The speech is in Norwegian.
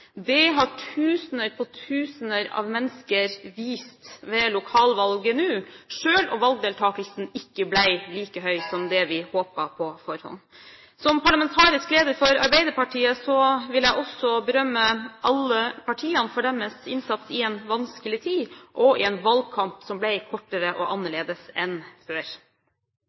Det har tusener på tusener av mennesker vist ved lokalvalget nå, selv om valgdeltakelsen ikke ble like høy som det vi håpet på forhånd. Som parlamentarisk leder for Arbeiderpartiet vil jeg også berømme alle partiene for deres innsats i en vanskelig tid og i en valgkamp som ble kortere og annerledes enn før.